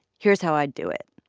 here's how i'd do it.